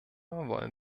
wollen